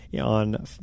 on